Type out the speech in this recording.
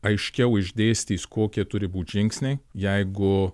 aiškiau išdėstys kokie turi būti žingsniai jeigu